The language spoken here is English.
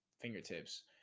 fingertips